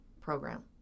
program